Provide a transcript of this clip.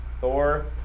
Thor